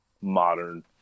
modern